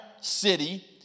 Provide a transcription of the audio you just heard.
city